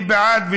מי בעד?